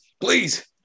Please